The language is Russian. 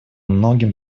многим